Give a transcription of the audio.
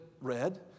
Red